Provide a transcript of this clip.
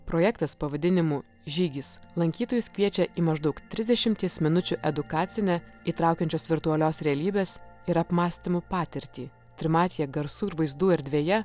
projektas pavadinimu žygis lankytojus kviečia į maždaug trisdešimties minučių edukacinę įtraukiančios virtualios realybės ir apmąstymų patirtį trimatėje garsų ir vaizdų erdvėje